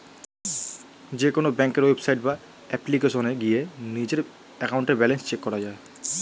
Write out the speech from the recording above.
যেকোনো ব্যাংকের ওয়েবসাইট বা অ্যাপ্লিকেশনে গিয়ে নিজেদের অ্যাকাউন্টের ব্যালেন্স চেক করা যায়